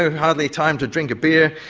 hardly time to drink beer.